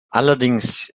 allerdings